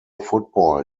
football